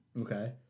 Okay